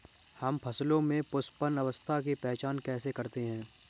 हम फसलों में पुष्पन अवस्था की पहचान कैसे करते हैं?